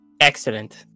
excellent